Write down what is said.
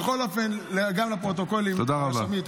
גם לפרוטוקולים, תרשמי.